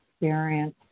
experience